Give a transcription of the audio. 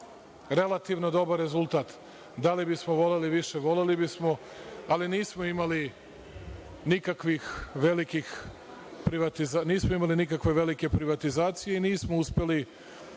relativno dobar rezultat. Da li bismo voleli više, voleli bismo, ali nismo imali nikakve velike privatizacije i nismo uspeli